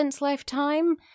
lifetime